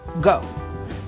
go